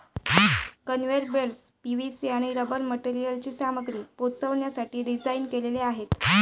conveyor belts PVC आणि rubber मटेरियलची सामग्री पोहोचवण्यासाठी डिझाइन केलेले आहेत